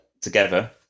together